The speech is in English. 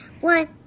One